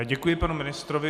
Děkuji panu ministrovi.